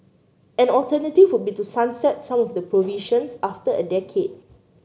an alternative would be to sunset some of the provisions after a decade